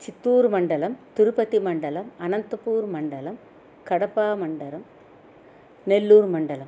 चित्तूरुमण्डलं तिरुपतिमण्डलम् अनन्तपूर् मण्डलं कडपामण्डलं नेल्लूर् मण्डलं